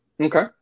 Okay